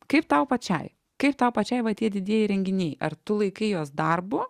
kaip tau pačiai kaip tau pačiai va tie didieji renginiai ar tu laikai juos darbu